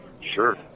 Sure